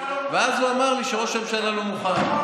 ואז הוא אמר לי שראש הממשלה לא מוכן.